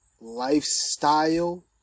lifestyle